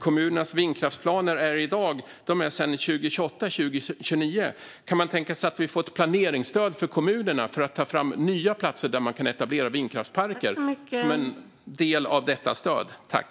Kommunernas vindkraftsplaner i dag är sedan 2008-2009. Kan man tänka sig ett planeringsstöd för kommunerna för att ta fram nya platser där vindkraftsparker kan etableras?